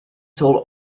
told